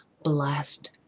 blessed